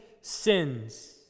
sins